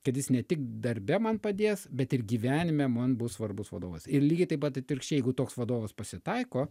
kad jis ne tik darbe man padės bet ir gyvenime man bus svarbus vadovas ir lygiai taip pat atvirkščiai jeigu toks vadovas pasitaiko